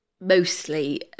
Mostly